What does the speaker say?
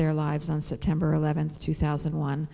their lives on september eleventh two thousand